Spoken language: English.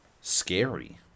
Scary